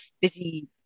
busy